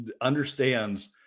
understands